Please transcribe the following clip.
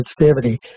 sensitivity